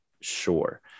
Sure